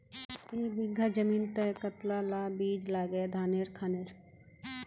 एक बीघा जमीन तय कतला ला बीज लागे धानेर खानेर?